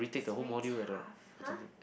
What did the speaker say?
it's very tough !huh!